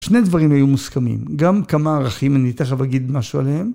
שני דברים היו מוסכמים, גם כמה ערכים, אני תכף אגיד משהו עליהם.